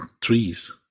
trees